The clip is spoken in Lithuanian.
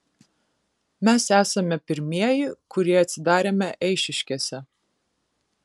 mes esame pirmieji kurie atsidarėme eišiškėse